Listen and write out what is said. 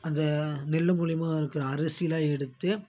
அந்த நெல் மூலியமாக அறுக்கிற அரிசிலாம் எடுத்து